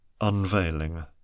unveiling